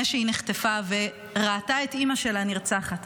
שהיא נחטפה וראתה את אימא שלה נרצחת,